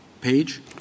page